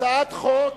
הצעת חוק.